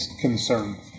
concern